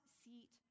seat